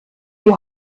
die